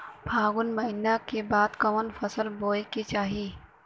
फागुन महीना के बाद कवन फसल बोए के चाही?